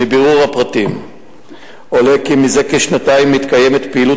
מבירור הפרטים עולה כי מזה כשנתיים מתקיימת פעילות